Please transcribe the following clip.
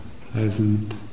pleasant